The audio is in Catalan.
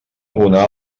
una